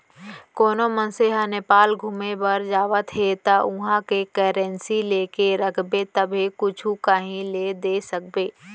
कोनो मनसे ह नेपाल घुमे बर जावत हे ता उहाँ के करेंसी लेके रखबे तभे कुछु काहीं ले दे सकबे